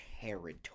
territory